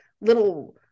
little